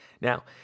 Now